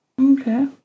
Okay